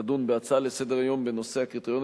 תדון בהצעות לסדר-היום בנושא: הקריטריונים